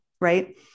Right